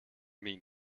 mean